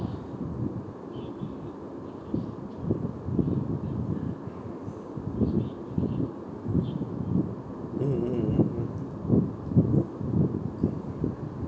mm mm mm mm